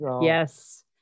yes